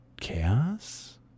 chaos